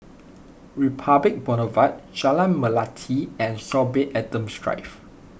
Republic Boulevard Jalan Melati and Sorby Adams Drive